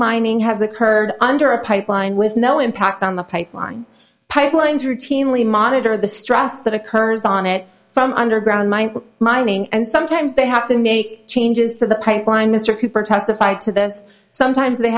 mining has occurred under a pipeline with no impact on the pipeline pipelines routinely monitor the stress that occurs on it from underground mines mining and sometimes they have to make changes to the pipeline mr cooper talks of i to this sometimes they